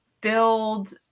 build